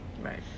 Right